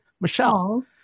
Michelle